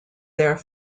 their